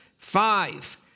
Five